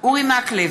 אורי מקלב,